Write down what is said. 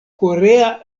korea